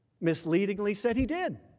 misleadingly said he did.